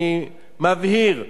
אני מבהיר,